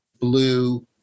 blue